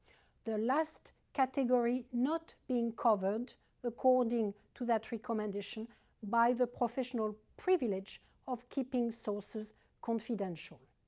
the last category not being covered according to that recommendation by the professional privilege of keeping sources confidential.